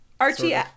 Archie